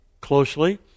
closely